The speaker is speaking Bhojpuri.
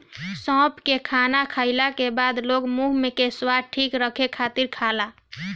सौंफ के खाना खाईला के बाद लोग मुंह के स्वाद ठीक रखे खातिर खाला